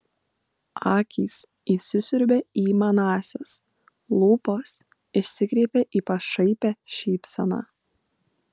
akys įsisiurbė į manąsias lūpos išsikreipė į pašaipią šypseną